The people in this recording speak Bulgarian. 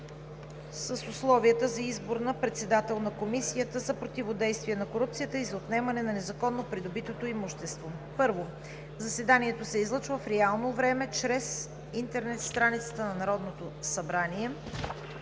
с условията за избор на председател на Комисията за противодействие на корупцията и за отнемане на незаконно придобитото имущество: 1. Заседанието се излъчва в реално време чрез интернет страницата на Народното събрание.